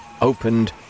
opened